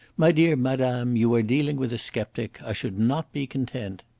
my dear madame, you are dealing with a sceptic. i should not be content.